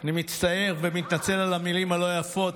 אני מצטער ומתנצל על המילים הלא-יפות,